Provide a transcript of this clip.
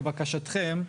לבקשתכם,